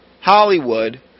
Hollywood